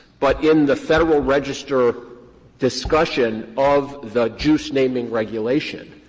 but in the federal register discussion of the juice naming regulation,